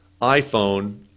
iPhone